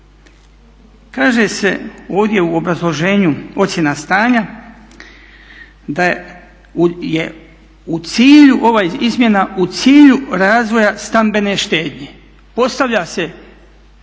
Kaže se ovdje u obrazloženju ocjena stanja da je u cilju, ova izmjena u cilju razvoja stambene štednje. Postavlja se